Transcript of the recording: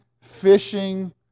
fishing